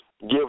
give